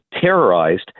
terrorized